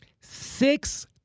six